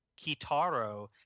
Kitaro